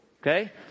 okay